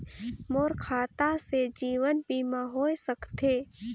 मोर खाता से जीवन बीमा होए सकथे?